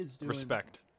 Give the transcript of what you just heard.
respect